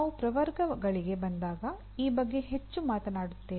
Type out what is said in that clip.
ನಾವು ಪ್ರವರ್ಗಗಳಿಗೆ ಬಂದಾಗ ಈ ಬಗ್ಗೆ ಹೆಚ್ಚು ಮಾತನಾಡುತ್ತೇವೆ